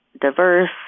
diverse